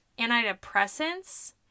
antidepressants